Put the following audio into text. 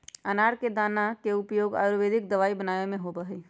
अनार के दाना के उपयोग आयुर्वेदिक दवाई बनावे में भी होबा हई